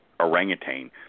orangutan